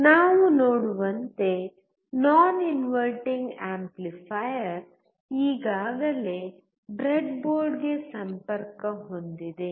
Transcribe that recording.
ನಾವು ನೋಡುವಂತೆ non inverting amplifier ಈಗಾಗಲೇ ಬ್ರೆಡ್ಬೋರ್ಡ್ಗೆ ಸಂಪರ್ಕ ಹೊಂದಿದೆ